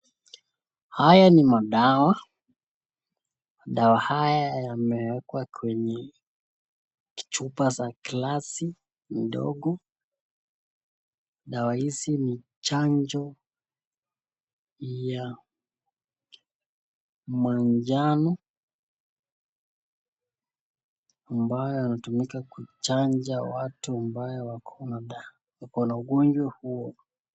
Haya ni madawa, dawa haya yamewekwa kwenye chupa za glasi ndogo dawa hizi ni chanjo ya manjano ambayo yanatumika kuchanja watu ambao wako na ugonjwa huo.